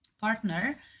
partner